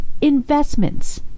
investments